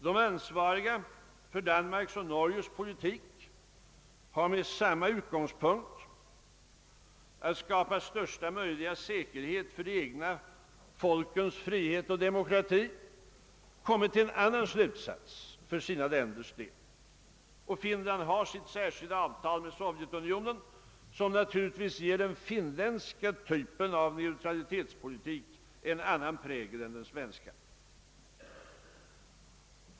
De ansvariga för Danmarks och Norges politik har med samma utgångspunkt — att skapa största möjliga säkerhet för de egna folkens frihet och demokrati — kommit till en annan slutsats för sina länders del. Och Finland har sitt särskilda avtal med Sovjetunionen som naturligtvis ger den finländska typen av neutralitetspolitik en annan prägel än den svenska.